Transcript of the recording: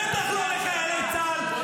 בטח לא לחיילי צה"ל,